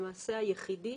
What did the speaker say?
למעשה היחידי